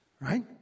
Right